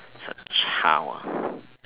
child ah